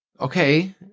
Okay